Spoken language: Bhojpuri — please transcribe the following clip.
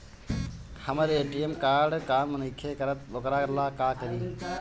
हमर ए.टी.एम कार्ड काम नईखे करत वोकरा ला का करी?